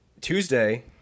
Tuesday